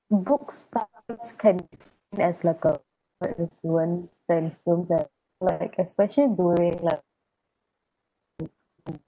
books can as like a especially during